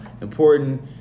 important